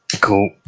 cool